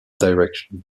direction